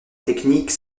techniques